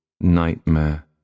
nightmare